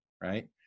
right